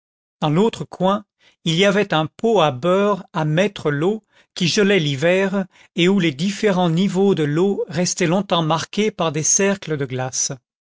dans l'autre coin il y avait un pot à beurre à mettre l'eau qui gelait l'hiver et où les différents niveaux de l'eau restaient longtemps marqués par des cercles de glace